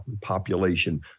population